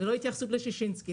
לא התייחסות לששינסקי,